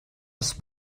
els